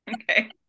Okay